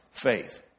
faith